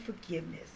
forgiveness